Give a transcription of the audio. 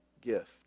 gift